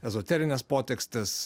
ezoterines potekstes